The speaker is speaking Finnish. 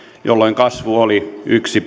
jolloin kasvu oli yksi